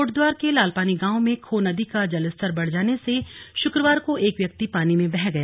कोटद्वार के लालपानी गांव में खो नदी का जलस्तर बढ़ जाने से शुक्रवार को एक व्यक्ति पानी में बह गया